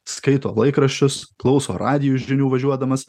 skaito laikraščius klauso radijo žinių važiuodamas